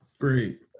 Great